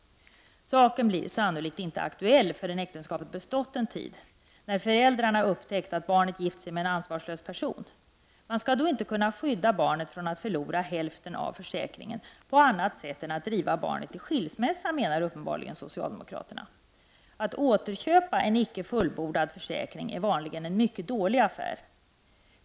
Saken blir sannolikt inte aktuell förrän äktenskapet bestått en tid, när föräldrarna upptäckt att barnet gift sig med en ansvarslös person. Man skall då inte kunna skydda barnet från att förlora hälften av försäkringen på annat sätt än att driva barnet till skilsmässa, menar uppenbarligen socialdemokraterna. Att återköpa en icke fullbordad försäkring är vanligen en mycket dålig affär.